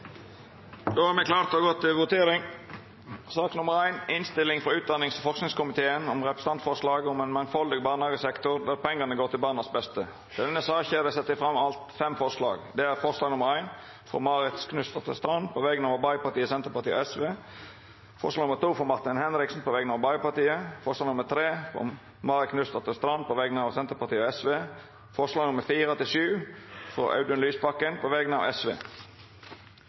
Då er Stortinget klar til å gå til votering. Under debatten er det sett fram i alt sju forslag. Det er forslag nr. 1, frå Marit Knutsdatter Strand på vegner av Arbeidarpartiet, Senterpartiet og Sosialistisk Venstreparti forslag nr. 2, frå Martin Henriksen på vegner av Arbeidarpartiet forslag nr. 3, frå Marit Knutsdatter Strand på vegner av Senterpartiet og Sosialistisk Venstreparti forslaga nr. 4–7, frå Audun Lysbakken på vegner av